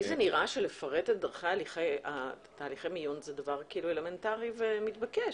לי נראה שלפרט את דרכי ותהליכי המיון זה דבר אלמנטרי ומתבקש,